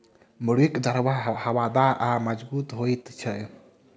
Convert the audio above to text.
मुर्गीक दरबा हवादार आ मजगूत होइत छै